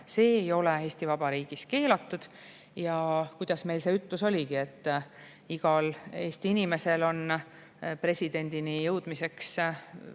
See ei ole Eesti Vabariigis keelatud. Kuidas meil see ütlus oligi? Iga Eesti inimene on presidendist viie